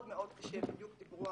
בדיוק דיברו